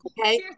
Okay